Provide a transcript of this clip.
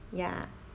ya